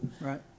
Right